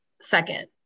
second